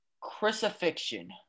Crucifixion